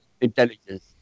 intelligence